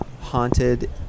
haunted